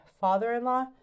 father-in-law